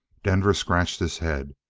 denver scratched his head.